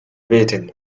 meeting